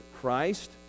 Christ